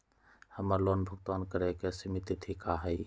हमर लोन भुगतान करे के सिमित तिथि का हई?